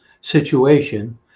situation